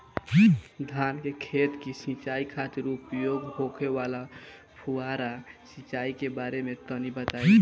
धान के खेत की सिंचाई खातिर उपयोग होखे वाला फुहारा सिंचाई के बारे में तनि बताई?